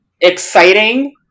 exciting